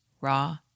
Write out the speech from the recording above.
raw